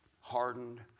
hardened